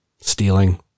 stealing